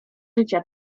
życia